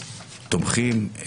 תומכים,